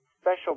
special